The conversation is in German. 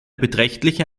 beträchtliche